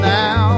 now